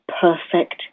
perfect